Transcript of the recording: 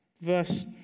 verse